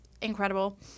incredible